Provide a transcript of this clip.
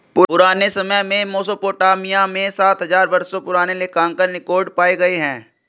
पुराने समय में मेसोपोटामिया में सात हजार वर्षों पुराने लेखांकन रिकॉर्ड पाए गए हैं